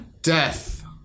Death